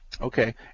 Okay